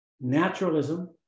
naturalism